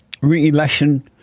re-election